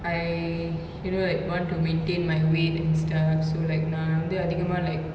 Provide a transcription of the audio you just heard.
I you know like want to maintain my weight and stuff so like நா வந்து அதிகமா:na vanthu athikamaa like